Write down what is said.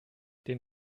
den